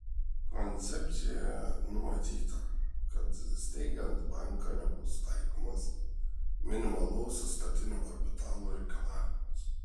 koncepcijoje numatyta kad steigiant banką nebus taikomas minimalaus įstatinio kapitalo reikalavimas